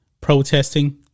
protesting